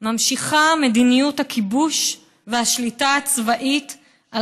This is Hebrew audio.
ממשיכה מדיניות הכיבוש והשליטה הצבאית על